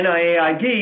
NIAID